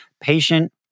patient